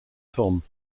tom